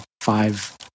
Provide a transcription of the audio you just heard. five